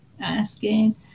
asking